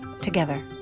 together